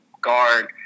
guard